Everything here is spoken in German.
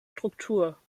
struktur